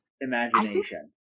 imagination